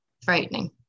frightening